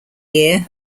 year